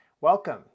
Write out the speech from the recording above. Welcome